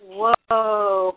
Whoa